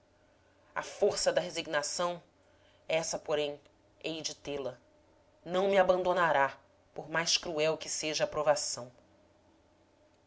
a força da resignação essa porém hei de tê-la não me abandonará por mais cruel que seja a provação